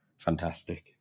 Fantastic